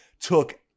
took